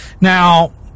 Now